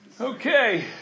Okay